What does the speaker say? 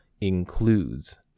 includes